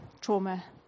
trauma